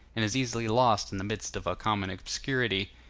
and is easily lost in the midst of a common obscurity,